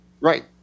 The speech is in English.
Right